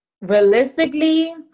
Realistically